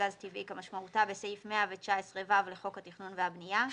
גז טבעי כמשמעותה בסעיף 119ו לחוק התכנון והבנייה,